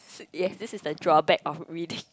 yes this is the drawback of reading